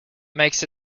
makes